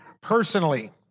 personally